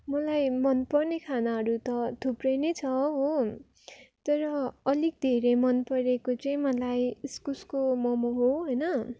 मलाई मन पर्ने खानाहरू त थुप्रै नै छ हो तर अलिक धेरै मन परेको चाहिँ मलाई इस्कुसको मम हो होइन